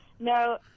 No